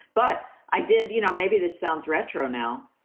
but i did you know, maybe this sounds retro now,